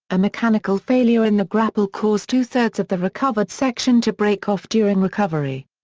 a mechanical failure in the grapple caused two-thirds of the recovered section to break off during recovery.